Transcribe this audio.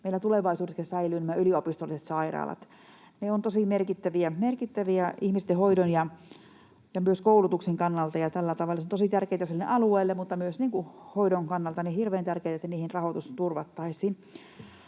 meillä tulevaisuudessakin säilyisivät nämä yliopistolliset sairaalat. Ne ovat tosi merkittäviä ihmisten hoidon ja myös koulutuksen kannalta, ja tällä tavalla se on tosi tärkeätä sille alueelle, mutta myös hoidon kannalta. Olisi hirveän tärkeätä, että niiden rahoitus turvattaisiin.